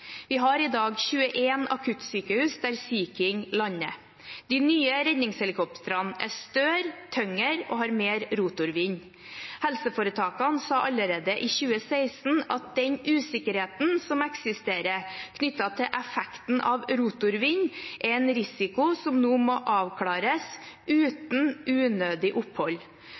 Vi har i dag 21 akuttsykehus der Sea King lander. De nye redningshelikoptrene er større, tyngre og har mer rotorvind. Helseforetakene sa allerede i 2016 at den usikkerheten som eksisterer knyttet til effekten av rotorvind, er en risiko som nå må avklares uten unødig opphold.